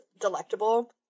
delectable